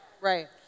Right